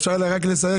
כשאתה אומר עוד